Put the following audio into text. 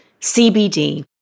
CBD